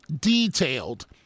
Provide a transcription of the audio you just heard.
detailed